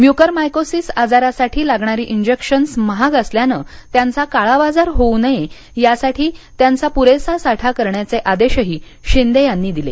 mucormycosis आजारासाठी लागणारी injections महाग असल्यानं त्यांचा काळाबाजार होऊ नये यासाठी त्यांचा पुरेसा साठा करण्याचे आदेशही शिंदे यांनी दिले